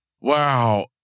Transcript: Wow